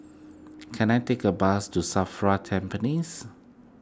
can I take a bus to Safra Tampines